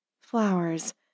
Flowers